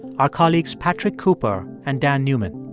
our colleagues patrick hooper and dan newman.